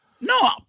No